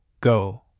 go